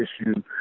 issue